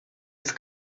its